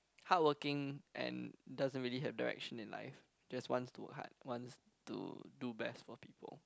hardworking and doesn't really have direction in life just wants to work hard wants to do best for people